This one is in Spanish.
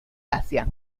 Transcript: asia